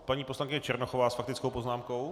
Paní poslankyně Černochová s faktickou poznámkou.